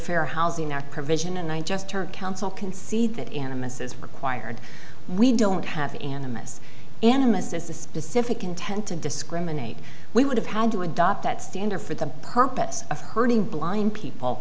fair housing act provision and i just heard council concede that animists is required we don't have an m s animists as a specific intent to discriminate we would have had to adopt that standard for the purpose of hurting blind people